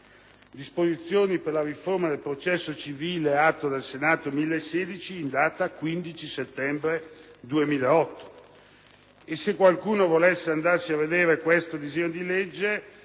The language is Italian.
«Disposizioni per la riforma del processo civile» (Atto Senato n. 1016) in data 15 settembre 2008 e, se qualcuno volesse esaminare questo disegno di legge,